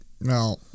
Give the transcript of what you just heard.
No